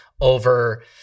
over